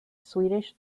swedish